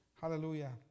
Hallelujah